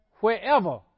wherever